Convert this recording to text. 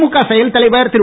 திமுக செயல்தலைவர் திரு